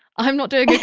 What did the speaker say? i'm not doing a,